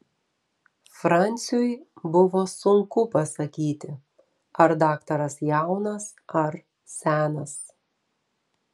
franciui buvo sunku pasakyti ar daktaras jaunas ar senas